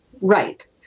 Right